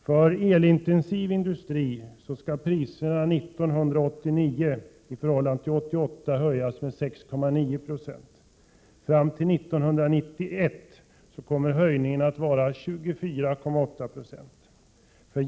För elintensiv industri skall priserna 1989 i förhållande till 1988 höjas med 6,9 70. Fram till 1991 kommer höjningen att vara 24,8 90.